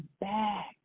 back